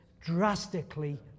drastically